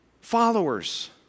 followers